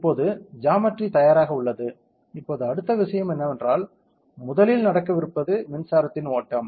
இப்போது ஜாமெட்ரி தயாராக உள்ளது இப்போது அடுத்த விஷயம் என்னவென்றால் முதலில் நடக்கவிருப்பது மின்சாரத்தின் ஓட்டம்